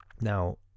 now